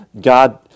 God